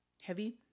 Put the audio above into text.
heavy